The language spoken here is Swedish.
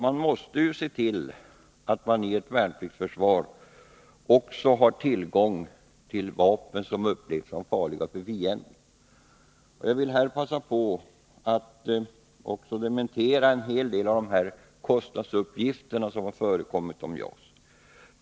Man måste ju se till, att man i ett värnpliktsförsvar också Förbättrade förhar tillgång till vapen som upplevs som farliga för fienden. måner åt värnplik Jag vill här passa på att dementera en hel del av de kostnadsuppgifter som tiga m.fl. har förekommit om JAS.